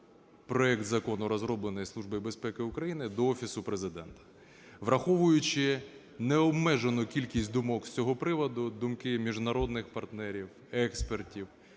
проект закону, розроблений Службою безпеки України, до Офісу Президента. Враховуючи необмежену кількість думок з цього приводу, думки міжнародних партнерів, експертів,